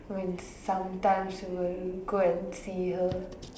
when sometimes we will go and see her